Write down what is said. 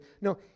No